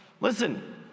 listen